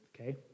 okay